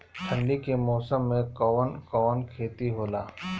ठंडी के मौसम में कवन कवन खेती होला?